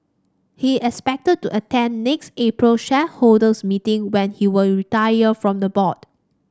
he is expected to attend next April's shareholders meeting when he will retire from the board